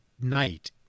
night